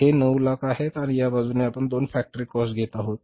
हे 9 लाख आहे आणि या बाजूने आपण दोन फॅक्टरी कॉस्ट घेत आहोत